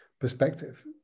perspective